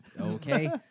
Okay